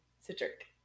citric